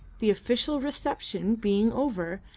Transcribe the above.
the official reception being over,